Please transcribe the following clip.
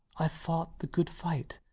ive fought the good fight.